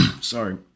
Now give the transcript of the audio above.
sorry